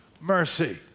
mercy